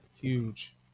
huge